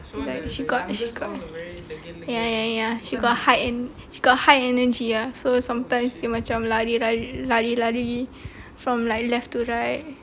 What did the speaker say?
like she got she got ya ya ya ya she got high she got high energy ah so sometimes dia macam like lari lari lari lari from left to right